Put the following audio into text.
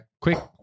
Quick